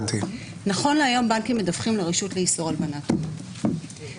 נכון להיום בנקים מדווחים לרשות לאיסור הלבנת הון על